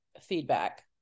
feedback